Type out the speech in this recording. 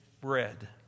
bread